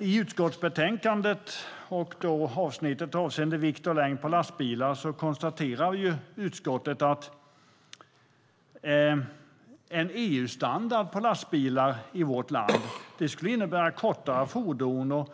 I utskottsbetänkandet i avsnittet avseende vikt och längd på lastbilar konstaterar utskottet att en EU-standard på lastbilar i vårt land skulle innebära kortare fordon.